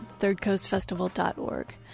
thirdcoastfestival.org